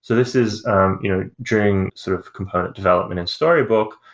so this is um you know during sort of component development in storybook,